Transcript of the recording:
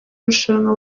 irushanwa